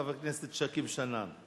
חבר הכנסת שכיב שנאן.